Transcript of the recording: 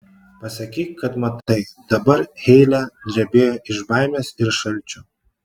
pasakyk kad matai dabar heile drebėjo iš baimės ir šalčio